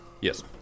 Yes